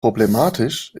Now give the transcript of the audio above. problematisch